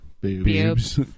Boobs